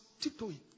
tiptoeing